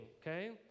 okay